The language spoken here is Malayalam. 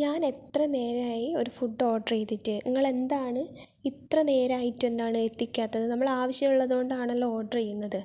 ഞാനെത്ര നേരമായി ഒരു ഫുഡ് ഓർഡർ ചെയ്തിട്ട് നിങ്ങളെന്താണ് ഇത്ര നേരമായിട്ടും എന്താണ് എത്തിക്കാത്തത് നമ്മള് ആവശ്യമുള്ളത് കൊണ്ടാണല്ലോ ഓർഡർ ചെയ്യുന്നത്